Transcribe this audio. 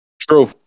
True